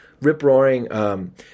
rip-roaring